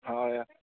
হয়